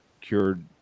cured